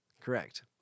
correct